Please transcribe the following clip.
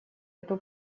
эту